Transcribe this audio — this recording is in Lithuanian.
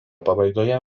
pabaigoje